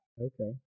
Okay